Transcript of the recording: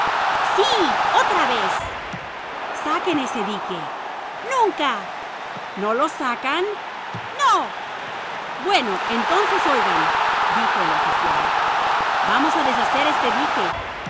sí otra vez saquen ese dique nunca no lo sacan no bueno entonces oigan dijo el oficial vamos a deshacer este dique